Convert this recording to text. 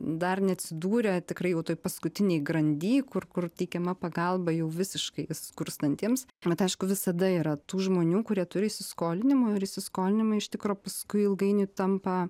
dar neatsidūrė tikrai jau toj paskutinėj grandy kur kur teikiama pagalba jau visiškai skurstantiems bet aišku visada yra tų žmonių kurie turi įsiskolinimų ir įsiskolinimai iš tikro paskui ilgainiui tampa